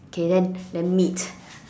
K then then meat